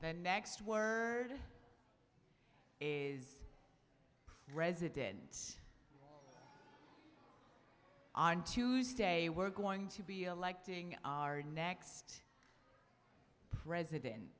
the next word is president on tuesday we're going to be electing our next president